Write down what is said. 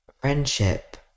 Friendship